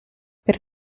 per